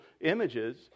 images